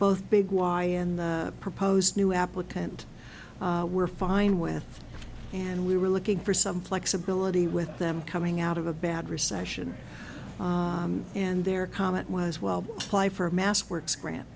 both big y and the proposed new applicant were fine with and we were looking for some flexibility with them coming out of a bad recession and their comment was well fly for a mass works grant